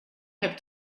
have